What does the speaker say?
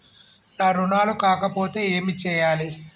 నా రుణాలు కాకపోతే ఏమి చేయాలి?